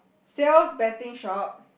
sales betting shop